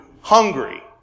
hungry